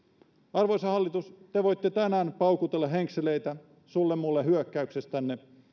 arvoisa hallitus te voitte tänään paukutella henkseleitä sulle mulle hyökkäyksestänne